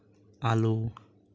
ᱟᱞᱩ